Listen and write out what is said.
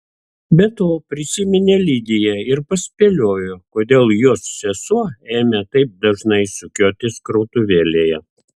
be to prisiminė lidiją ir paspėliojo kodėl jos sesuo ėmė taip dažnai sukiotis krautuvėlėje